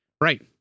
right